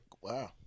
wow